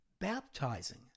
baptizing